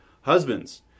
Husbands